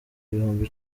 ibihumbi